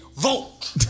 vote